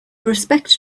respect